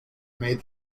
made